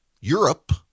Europe